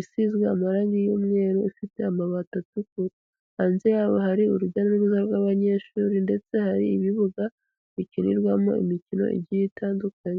isizwe amarangi y'umweru, ifite amabati atukura, hanze yaho hari urujya n'uruza rw'abanyeshuri ndetse hari ibibuga bikinirwamo imikino igiye itandukanye.